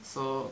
so